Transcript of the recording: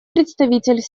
представитель